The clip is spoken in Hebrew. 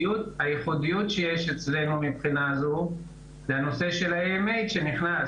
הייחודיות שיש אצלנו מהבחינה הזאת זה הנושא של ה AMH שנכנס.